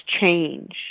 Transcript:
change